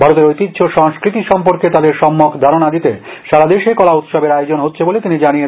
ভারতের ঐতিহ্য সংস্কৃতি সম্পর্কে তাদের সম্যক ধারণা দিতে সারা দেশে কলা উৎসবের আয়োজন হচ্ছে বলে তিনি জানিয়েছেন